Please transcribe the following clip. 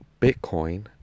Bitcoin